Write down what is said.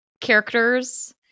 characters